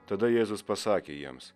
tada jėzus pasakė jiems